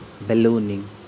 ballooning